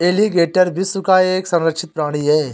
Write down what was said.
alligator विश्व का एक संरक्षित प्राणी है